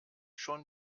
schon